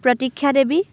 প্ৰতীক্ষা দেৱী